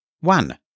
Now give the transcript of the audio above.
One